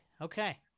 okay